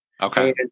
Okay